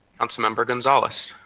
councilmember gonzales.